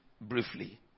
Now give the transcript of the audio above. briefly